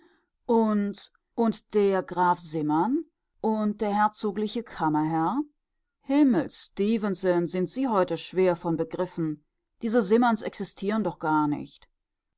und und der graf simmern und der herzogliche kammerherr himmel stefenson sind sie heute schwer von begriffen diese simmerns existieren doch gar nicht